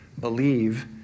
believe